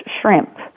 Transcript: shrimp